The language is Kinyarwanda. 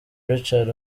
richard